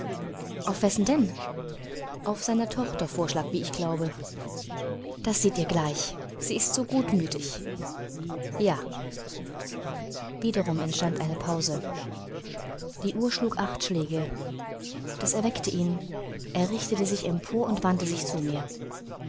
auf wessen denn auf seiner tochter vorschlag wie ich glaube das steht ihr gleich sie ist so gutmütig ja wiederum entstand eine pause die uhr schlug acht schläge das erweckte ihn er richtete sich empor und wandte sich zu mir